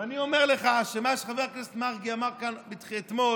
אני אומר לך שמה שחבר הכנסת מרגי אמר כאן אתמול,